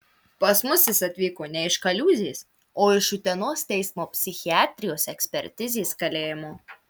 pas mus jis atvyko ne iš kaliūzės o iš utenos teismo psichiatrijos ekspertizės kalėjimo